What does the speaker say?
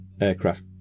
aircraft